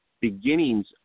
beginnings